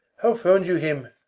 how found you him?